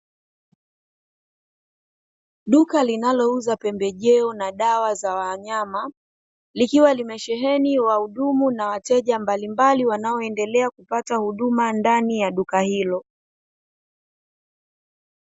Duka linalouza pembejeo na dawa za wanyama likiwa limesheheni wahudumu na wateja mbalimbali wanaoendelea kupata huduma ndani ya duka hilo.